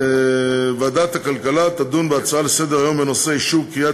ועדת הכלכלה תדון בהצעות לסדר-היום בנושא: אישור כריית